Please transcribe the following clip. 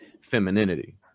femininity